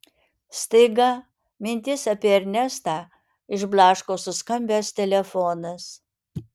staiga mintis apie ernestą išblaško suskambęs telefonas